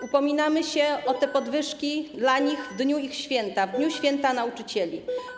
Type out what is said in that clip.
Upominamy się o te podwyżki dla nich w dniu ich święta, w dniu święta nauczycieli.